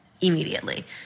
immediately